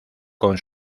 con